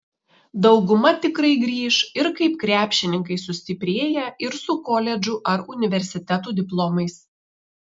dauguma tikrai grįš ir kaip krepšininkai sustiprėję ir su koledžų ar universitetų diplomais